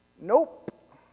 nope